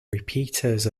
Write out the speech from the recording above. repeaters